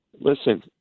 listen